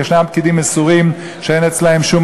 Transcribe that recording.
ישנם פקידים מסורים שאין אצלם שום